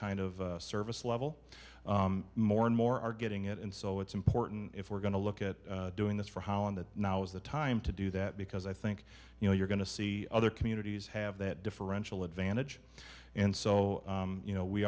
kind of service level more and more are getting it and so it's important if we're going to look at doing this for how and that now is the time to do that because i think you know you're going to see other communities have that differential advantage and so you know we